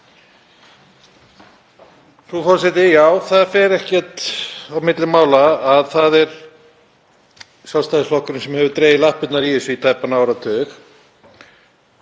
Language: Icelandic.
Frú forseti. Já, það fer ekkert á milli mála að það er Sjálfstæðisflokkurinn sem hefur dregið lappirnar í þessu í tæpan áratug.